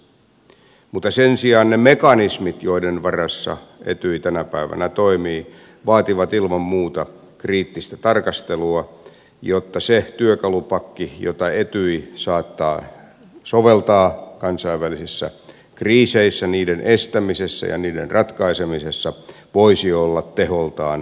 mutta sen sijaan ne mekanismit joiden varassa etyj tänä päivänä toimii vaativat ilman muuta kriittistä tarkastelua jotta se työkalupakki jota etyj saattaa soveltaa kansainvälisissä kriiseissä niiden estämisessä ja niiden ratkaisemisessa voisi olla teholtaan riittävää